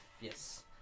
Yes